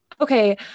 okay